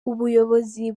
ubuyobozi